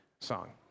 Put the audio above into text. song